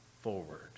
forward